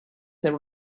said